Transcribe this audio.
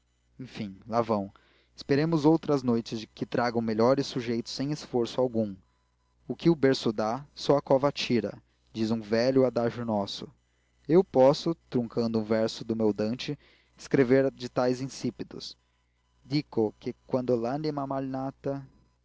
enfim lá vão esperemos outras noites que tragam melhores sujeitos sem esforço algum o que o berço dá só a cova o tira diz um velho adágio nosso eu posso truncando um verso ao meu dante escrever de tais insípidos dico que quando l anima mal nata